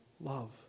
love